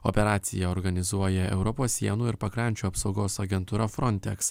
operaciją organizuoja europos sienų ir pakrančių apsaugos agentūra frontex